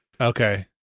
Okay